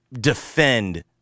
defend